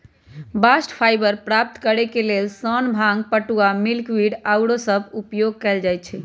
bast fibre प्राप्त करेके लेल सन, भांग, पटूआ, मिल्कवीड आउरो सभके उपयोग कएल जाइ छइ